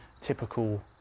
typical